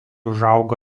užaugo